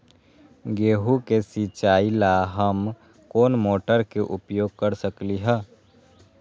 गेंहू के सिचाई ला हम कोंन मोटर के उपयोग कर सकली ह?